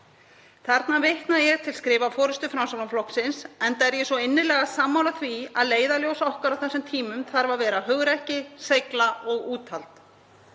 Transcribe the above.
Þarna vitna ég til skrifa forystu Framsóknarflokksins, enda er ég svo innilega sammála því að leiðarljós okkar á þessum tímum þarf að vera hugrekki, seigla og úthald.